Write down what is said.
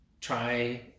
try